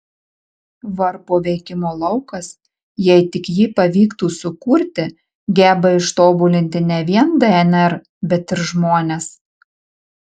varpo veikimo laukas jei tik jį pavyktų sukurti geba ištobulinti ne vien dnr bet ir žmones